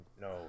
no